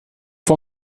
sie